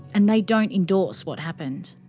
and they don't endorse what happened.